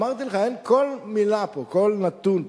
אמרתי לך, כל מלה פה, כל נתון פה,